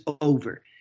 over